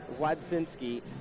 Wadzinski